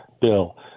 bill